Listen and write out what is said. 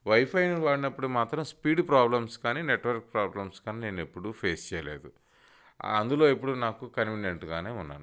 వైఫైని వాడినప్పుడు మాత్రం speed problems కాని నెట్వర్క్ ప్రాబ్లమ్స్ కానీ నేను ఎప్పుడు ఫేస్ చేయలేదు అందులో ఎప్పుడు నాకు కన్వినియంట్గానే ఉన్నాను